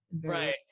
Right